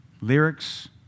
lyrics